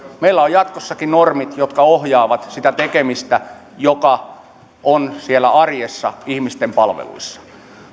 meillä on jatkossakin normit jotka ohjaavat sitä tekemistä siellä arjessa ihmisten palveluissa